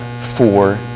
four